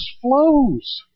flows